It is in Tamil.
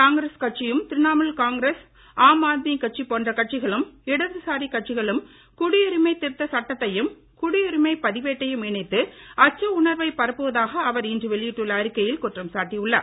காங்கிரஸ் கட்சியும் திரிணாமுல் காங்கிரஸ் ஆம் ஆத்மி கட்சி போன்ற கட்சிகளும் இடதுசாரி கட்சிகளும் குடியுரிமை திருத்த சட்டத்தையும் குடியுரிமை பதிவேட்டையும் இணைத்து அச்ச உணர்வை பரப்புவதாக அவர் இன்று வெளியிட்டுள்ள அறிக்கையில் குற்றம் சாட்டியுள்ளார்